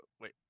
wait